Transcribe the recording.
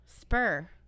Spur